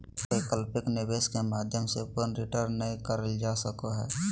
वैकल्पिक निवेश के माध्यम से पूर्ण रिटर्न नय करल जा सको हय